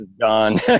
gone